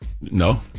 No